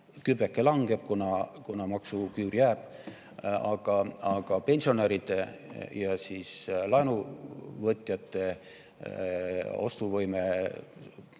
kübeke langeb, kuna maksuküür jääb. Aga pensionäride ja laenuvõtjate ostuvõime